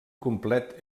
complet